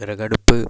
വിറകടുപ്പ്